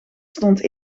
stond